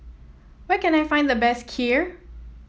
where can I find the best Kheer